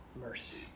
mercy